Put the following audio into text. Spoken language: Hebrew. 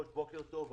בוקר טוב.